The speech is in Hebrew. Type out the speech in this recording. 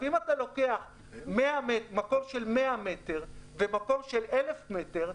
אם אתה לוקח מקום של 100 מטר ומקום של 1,000 מטר,